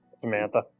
Samantha